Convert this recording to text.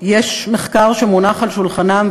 יש מחקר שמונח על שולחנם,